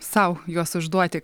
sau juos užduoti